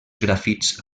grafits